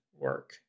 work